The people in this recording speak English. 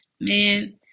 man